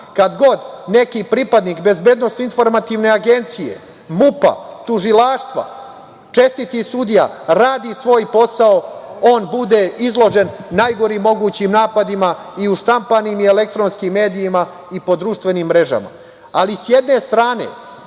kad god neki pripadnik Bezbednosno-informativne agencije, MUP-a, tužilaštva, čestiti sudija, radi svoj posao, on bude izložen najgorim mogućim napadima i u štampanim i u elektronskim medijama i po društvenim mrežama. Ali s jedne strane